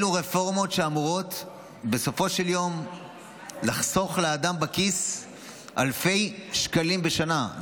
אלו רפורמות שאמורות בסופו של יום לחסוך לאדם אלפי שקלים בשנה בכיס.